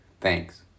Thanks